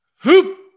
Hoop